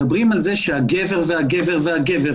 מדברים על כך שהגבר והגבר והגבר,